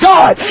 God